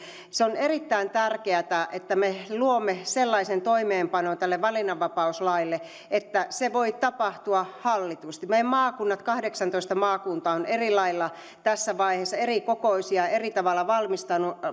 tehneet on erittäin tärkeää että me luomme sellaisen toimeenpanon tälle valinnanvapauslaille että se voi tapahtua hallitusti meidän maakuntamme kahdeksantoista maakuntaa ovat eri lailla tässä vaiheessa erikokoisia eri tavalla